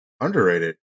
Underrated